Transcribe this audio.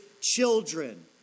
children